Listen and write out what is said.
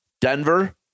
Denver